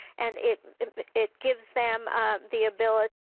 and it it gives them the ability